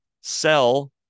sell